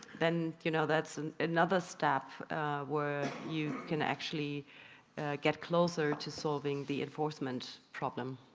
then you know, that's another step where you can actually get closer to solving the enforcement problem.